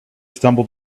stumbled